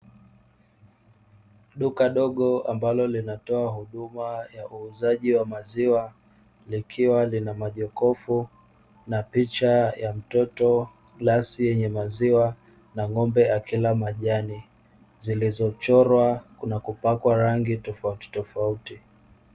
Duka dogo ambalo linatoa huduma ya uuzaji wa maziwa, likiwa lina majokofu na picha ya mtoto, glasi ya maziwa na ng'ombe akila majani zilizochorwa na kupakwa rangi tofauti tofauti.